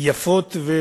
יפות אנחנו